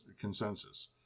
consensus